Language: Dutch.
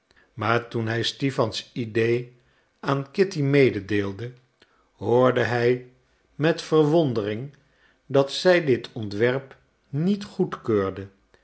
maar toen hij stipans idee aan kitty mededeelde hoorde hij met verwondering dat zij dit ontwerp niet goedkeurde